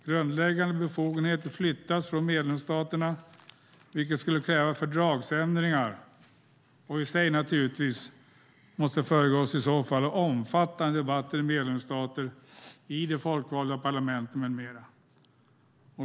Grundläggande befogenheter flyttas från medlemsstaterna, vilket skulle kräva fördragsändringar. Det skulle i sig behöva föregås av omfattande debatter i medlemsstaterna, i de folkvalda parlamenten med mera.